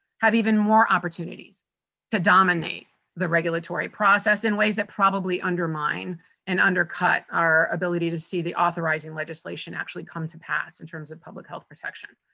have even more opportunities to dominate the regulatory process in ways that probably undermine and undercut our ability to see the authorizing legislation actually come to pass in terms of public health protection.